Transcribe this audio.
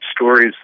stories